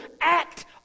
act